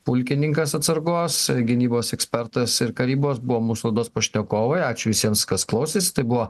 pulkininkas atsargos gynybos ekspertas ir karybos buvo mūsų laidos pašnekovai ačiū visiems kas klausėsi tai buvo